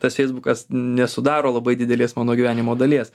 tas feisbukas nesudaro labai didelės mano gyvenimo dalies